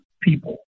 people